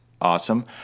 awesome